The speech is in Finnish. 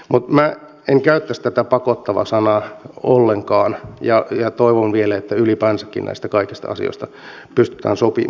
mutta minä en käyttäisi tätä pakottava sanaa ollenkaan ja toivon vielä että ylipäänsäkin näistä kaikista asioista pystytään sopimaan